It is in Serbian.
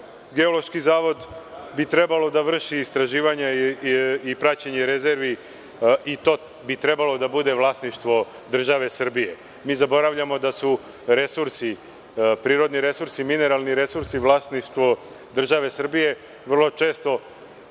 Geološki zavod trebalo da vrši istraživanja i praćenja rezervi, i to bi trebalo da bude vlasništvo države Srbije. Mi zaboravljamo da su prirodni resursi, mineralni resursi vlasništvo države Srbije. Vrlo često,